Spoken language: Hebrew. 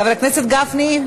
חבר הכנסת גפני,